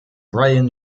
bryan